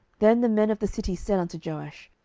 then the men of the city said unto joash,